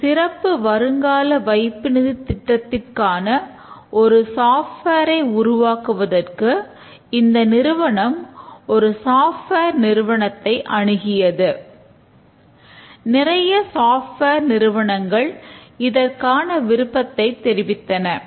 இந்த சிறப்பு வருங்கால வைப்பு நிதி திட்டத்திற்கான ஒரு சாஃப்ட்வேர் நிறுவனங்கள் இதற்கான விருப்பத்தை தெரிவித்தன